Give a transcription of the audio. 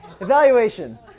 Evaluation